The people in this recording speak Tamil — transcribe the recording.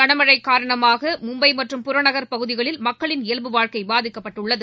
களமழை காரணமாக மும்பை மற்றும் புறநகர் பகுதிகளில் மக்களின் இயல்பு வாழ்க்கை பாதிக்கப்பட்டுள்ளது